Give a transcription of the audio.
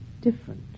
different